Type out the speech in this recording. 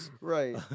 Right